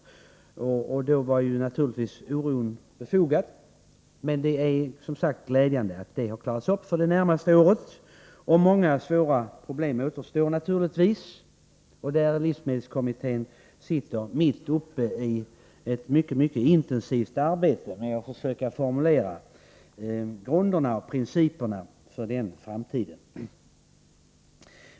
Mot denna bakgrund var oron naturligtvis befogad, men det är som sagt glädjande att detta har klarats upp för det närmaste året. Många svåra problem återstår dock självfallet. Livsmedelskommittén sitter mitt uppe i ett mycket intensivt arbete för att försöka formulera grunderna och principerna inför framtiden.